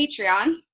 patreon